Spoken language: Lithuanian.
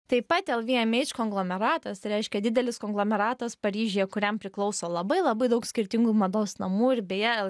taip pat lvmh konglomeratas reiškia didelis konglomeratas paryžiuje kuriam priklauso labai labai daug skirtingų mados namų ir beje